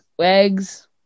eggs